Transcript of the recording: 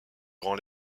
grand